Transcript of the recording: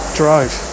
drive